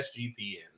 SGPN